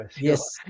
yes